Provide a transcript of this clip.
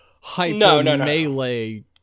hyper-melee